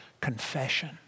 confession